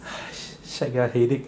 !hais! shag lah headache